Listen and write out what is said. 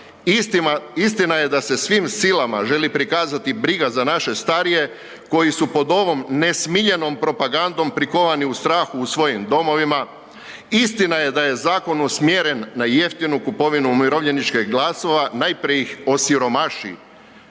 Istina je da se svim silama želi prikazati briga za naše starije koji su pod ovom nesmiljenom propagandom prikovani u strahu u svojim domovima. Istina je da je zakon usmjeren na jeftinu kupovinu umirovljeničkih glasova, najprije ih osiromaši,